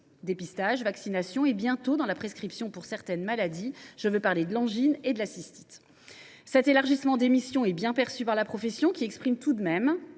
dépistages, vaccinations – et bientôt dans la prescription pour certaines maladies – je pense à l’angine et à la cystite. L’élargissement de ses missions est bien perçu par la profession, qui considère tout de même